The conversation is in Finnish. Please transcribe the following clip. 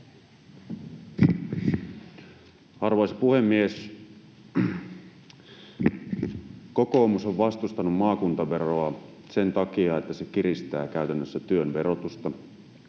Arvoisa puhemies! Kokoomus on vastustanut maakuntaveroa sen takia, että se kiristää käytännössä työn verotusta,